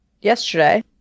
yesterday